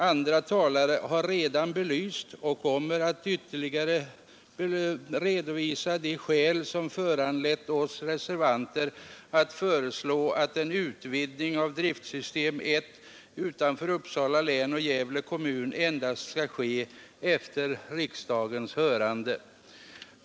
Andra talare har redan belyst och kommer att ytterligare redovisa de skäl som föranlett oss reservanter att föreslå att en utvidgning av driftsystem 1 utanför Uppsala län och Gävle kommun endast skall ske efter riksdagens hörande.